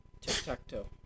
Tic-tac-toe